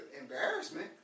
embarrassment